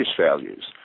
values